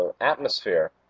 atmosphere